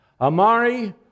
Amari